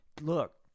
look